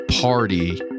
party